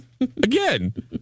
Again